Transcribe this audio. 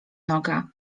noga